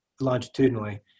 longitudinally